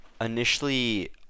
initially